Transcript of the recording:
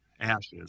ashes